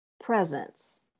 presence